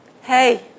hey